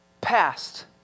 past